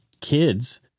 kids